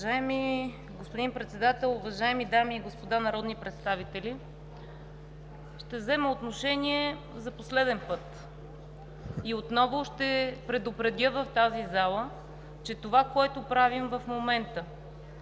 Уважаеми господин Председател, уважаеми дами и господа народни представители! Ще взема отношение за последен път и отново ще предупредя в тази зала, че с това, което правим в момента,